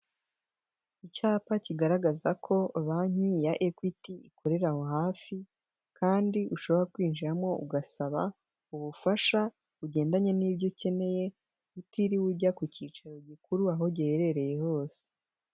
Icyapa kigaragaza ko banki ya Equity ikorera aho hafi kandi ushobora kwinjiramo ugasaba ubufasha bugendanye n'ibyo ukeneye utiriwe ujya ku cyicaro gikuru aho giherereye hose.